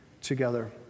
together